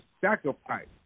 sacrifice